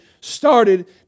started